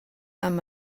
amb